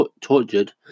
tortured